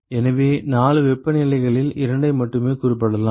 எனவே 4 வெப்பநிலைகளில் இரண்டை மட்டுமே குறிப்பிடலாம்